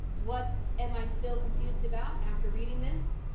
what am i still confused about after reading this?